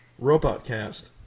RobotCast